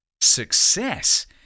Success